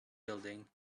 building